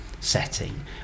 setting